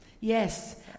yes